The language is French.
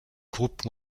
groupe